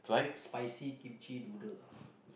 spicy kimchi noodle